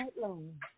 long